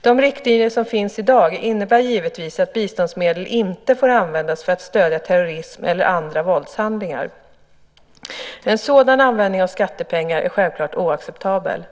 De riktlinjer som finns i dag innebär givetvis att biståndsmedel inte får användas för att stödja terrorism eller andra våldshandlingar. En sådan användning av skattepengar är självklart oacceptabel.